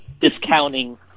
discounting